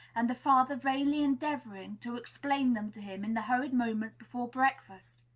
and the father vainly endeavoring, to explain them to him in the hurried moments before breakfast.